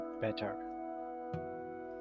better